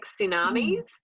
tsunamis